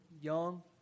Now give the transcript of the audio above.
young